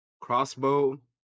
crossbow